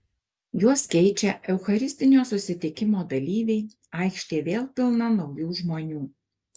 juos keičia eucharistinio susitikimo dalyviai aikštė vėl pilna naujų žmonių